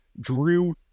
Drew